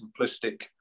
simplistic